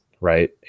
Right